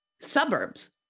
suburbs